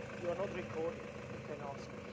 you're not recorded, you can ask.